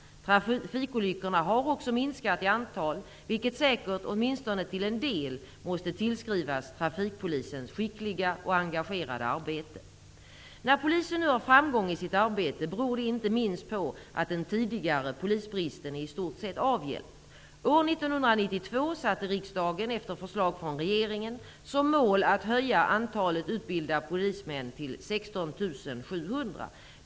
Trafikolyckorna har också minskat i antal, vilket säkert åtminstone till en del måste tillskrivas trafikpolisens skickliga och engagerade arbete. När polisen nu har framgång i sitt arbete beror det inte minst på att den tidigare polisbristen är i stort sett avhjälpt. År 1992 satte riksdagen, efter förslag från regeringen, som mål att höja antalet utbildade polismän till 16 700.